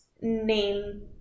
name